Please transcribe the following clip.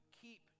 keep